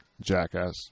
jackass